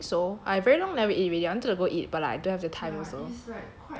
ya I think so I very long never eat already I wanted to go eat but I don't have the time also